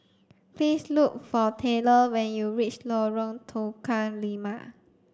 please look for Taylor when you reach Lorong Tukang Lima